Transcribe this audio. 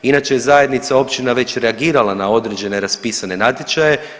Inače je zajednica općina već reagirala na određene raspisane natječaje.